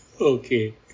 Okay